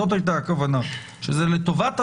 זאת הייתה הכוונה, שזה לטובת המהלך.